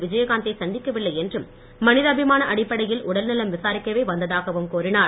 விஜயகாந்தை சந்திக்கவில்லை என்றும் மனிதாபிமான அடிப்படையில் உடல்நலம் விசாரிக்கவே வந்ததாகவும் கூறினார்